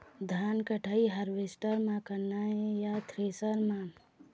धान कटाई हारवेस्टर म करना ये या थ्रेसर म?